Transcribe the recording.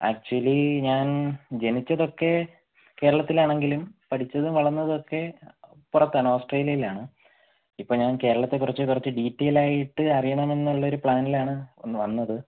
actually ഞാൻ ജനിച്ചതൊക്കെ കേരളത്തിൽ ആണെങ്കിലും പഠിച്ചതും വളർന്നതും ഒക്കെ പുറത്താണ് ഓസ്ട്രേലിയയിൽ ആണ് ഇപ്പോൾ ഞാൻ കേരളത്തെ കുറച്ച് കുറച്ച് ഡീറ്റെയിൽ ആയിട്ട് അറിയണം എന്നുള്ളൊരു പ്ലാനിലാണ് ഒന്ന് വന്നത്